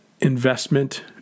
investment